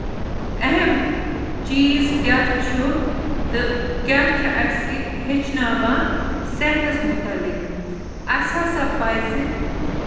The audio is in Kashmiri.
اہم چیٖز کیاہ چھُ تہٕ کیاہ چھِ اَسہِ یہِ ہیٚچھناوان صحتَس مُتعلِق اَسہِ ہسا پَزِ